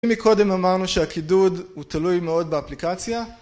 אם מקודם אמרנו שהקידוד הוא תלוי מאוד באפליקציה